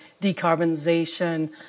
decarbonization